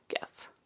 Yes